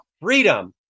freedom